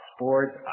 Sports